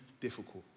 difficult